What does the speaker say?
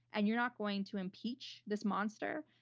and you're not going to impeach this monster?